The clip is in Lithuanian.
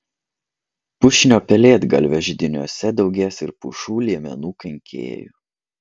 pušinio pelėdgalvio židiniuose daugės ir pušų liemenų kenkėjų